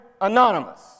anonymous